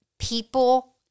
People